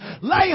Lay